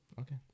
Okay